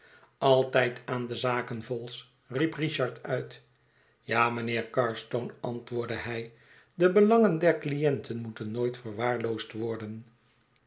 altijd aan de zaken vholes riep richard uit ja mijnheer carstone antwoordde hij de belangen der cliënten moeten nooit verwaarloosd worden